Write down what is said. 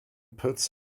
puts